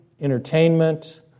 entertainment